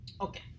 Okay